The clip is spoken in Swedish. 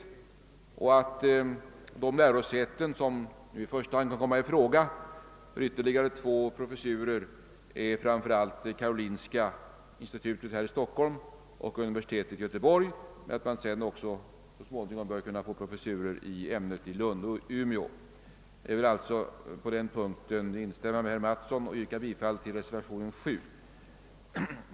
Vi föreslår vidare att de lärosäten som nu i första hand bör komma i fråga för ytterligare två professurer är karolinska institutet här i Stockholm och universitet i Göteborg men att man så småningom också bör kunna få professurer i detta ämne i Lund och i Umeå. Jag ber följaktligen att få instämma i vad herr Mattsson anfört och vill yrka bifall till den vid punkten 7 fogade reservationen C 1.